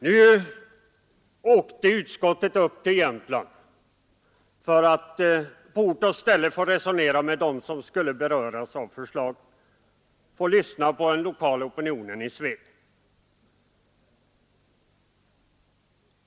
Nu reste utskottet till Jämtland för att på ort och ställe få resonera med dem som skulle komma att beröras av förslaget och för att ta del av den lokala opinionen i Sveg.